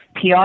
PR